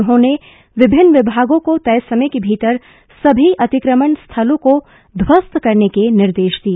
उन्होंने विभिन्न विभागों को तय समय के भीतर सभी अतिक्रमण स्थलों को ध्वस्त करने के निर्देश दिए